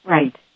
Right